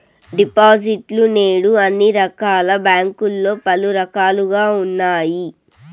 డిపాజిట్లు నేడు అన్ని రకాల బ్యాంకుల్లో పలు రకాలుగా ఉన్నాయి